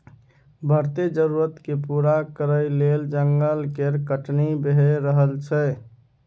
बढ़ैत जरुरत केँ पूरा करइ लेल जंगल केर कटनी भए रहल छै